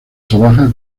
trabaja